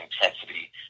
intensity